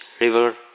river